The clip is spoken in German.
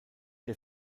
der